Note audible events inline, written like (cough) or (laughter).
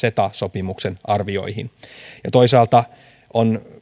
(unintelligible) ceta sopimuksen arvioihin toisaalta on